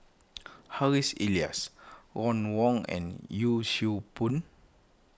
Harry's Elias Ron Wong and Yee Siew Pun